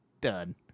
done